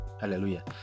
Hallelujah